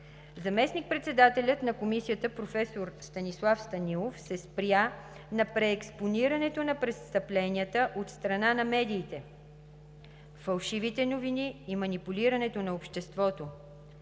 Заместник-председателят на Комисията професор Станислав Станилов се спря на преекспонирането на престъпленията от страна на медиите, фалшивите новини и манипулирането на обществото.